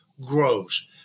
grows